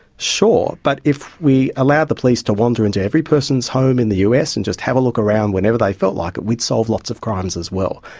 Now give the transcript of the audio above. sure, but if we allowed the police to wander into every person's home in the us and just have a look around whenever they felt like it, we'd solve lots of crimes as well.